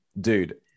Dude